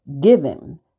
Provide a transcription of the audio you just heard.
given